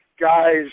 guys